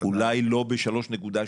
אולי לא ב-3.2,